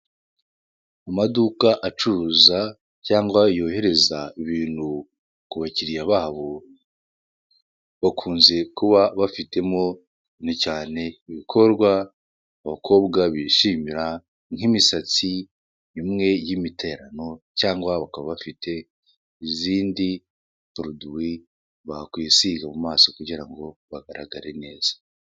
Amaduka acuruza cyangwa yohereza ibintu ku bakiriya babo. Bakunze kuba bafitemo cyane ibikorwa abakobwa bishimira n'imisatsi imwe y'imiterano cyangwa bakaba bafite izindi poroduwi bakwisiga mu maso kugirango bagaragare neza.